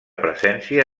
presència